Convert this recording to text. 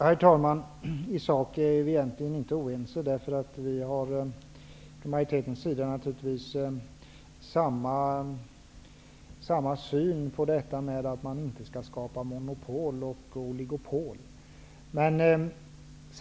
Herr talman! I sak är vi egentligen inte oense. Vi från majoriteten har naturligtvis samma syn på detta med att man inte skall skapa monopol och oligopol.